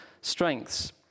strengths